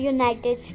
United